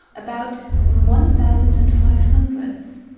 about one thousand and five hundred,